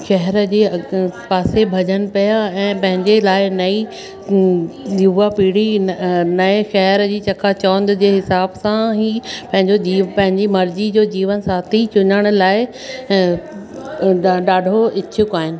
शहर जे पासे भॼन पिया ऐं पंहिंजे लाइ नई युवा पीढ़ी नए शेहर जी चकाचौंद जे हिसाब सां ई पंहिंजो जी पंहिंजी मर्ज़ी जो जीवन साथी चुनण लाइ ॾाढो इच्छुक आहिनि